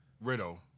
Riddle